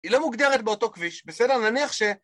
היא לא מוגדרת באותו כביש, בסדר, נניח ש...